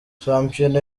shampiyona